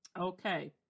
Okay